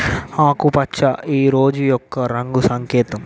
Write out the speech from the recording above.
ఆకుపచ్చ ఈ రోజు యొక్క రంగు సంకేతం